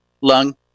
lung